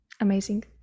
Amazing